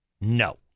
no